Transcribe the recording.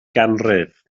ganrif